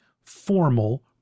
formal